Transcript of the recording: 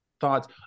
thoughts